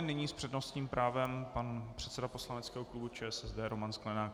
Nyní s přednostním právem pan předseda poslaneckého klubu ČSSD Roman Sklenák.